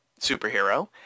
superhero